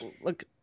look